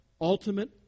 Ultimate